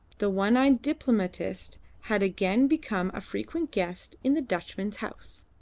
the one-eyed diplomatist had again become a frequent guest in the dutchman's house.